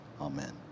Amen